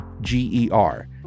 G-E-R-